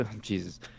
Jesus